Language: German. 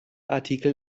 artikel